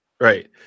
Right